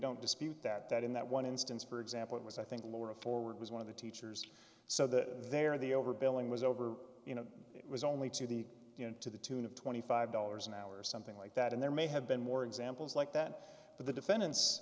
don't dispute that in that one instance for example it was i think laura forward was one of the teachers so that they're the overbilling was over you know it was only to the you know to the tune of twenty five dollars an hour or something like that and there may have been more examples like that but the defendant